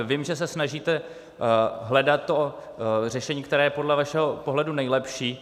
Vím, že se snažíte hledat to řešení, které je podle vašeho pohledu nejlepší.